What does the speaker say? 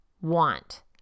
Want